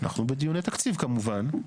אנחנו בדיוני תקציב כמובן.